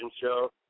show